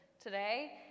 today